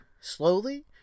slowly